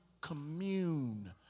commune